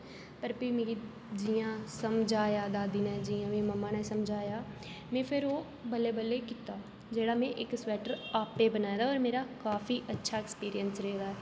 पर भी मिगी जि'यां समझाया दादी ने मम्मा ने समझाया में फिर ओह् बल्लें बल्लें कीता जेह्ड़ा में इक स्वेटर आपें बनाए दा होर मेरा काफी अच्छा एक्सपीरियंस रेहा